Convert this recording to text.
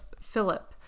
Philip